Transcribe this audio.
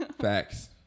facts